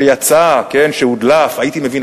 שיצא, שהודלף", אני מבין.